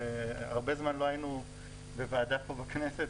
והרבה זמן לא היינו בוועדה פה בכנסת,